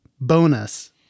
bonus